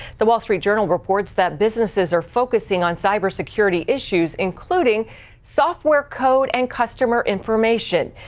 the wall street journal reports that businesses are focusing on cyber security issues, including software code and customer information.